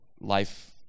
life